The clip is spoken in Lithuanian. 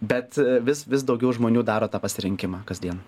bet vis vis daugiau žmonių daro tą pasirinkimą kasdien